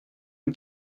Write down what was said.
une